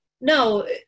No